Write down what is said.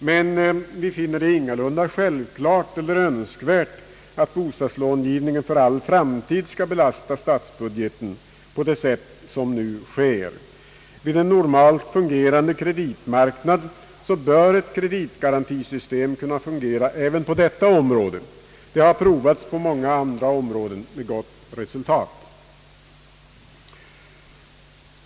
Men vi finner det ingalunda självklart eller önskvärt att bostadslångivningen för all framtid skall belasta statsbudgeten på det sätt som nu sker. Vid en normalt fungerande kreditmarknad bör ett kreditgarantisystem kunna fungera även på detta område; det har provats på många andra områden med gott resultat.